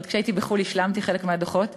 עוד כשהייתי בחו"ל השלמתי חלק מהדוחות.